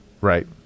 Right